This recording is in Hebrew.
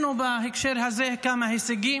ובהקשר הזה הגענו לכמה הישגים,